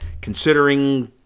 considering